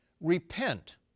Repent